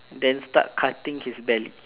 then start cutting his belly